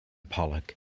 pollock